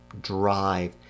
drive